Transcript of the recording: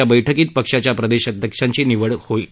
या बैठकीत पक्षाच्या प्रदेशाध्यक्षांची निवड केली जाईल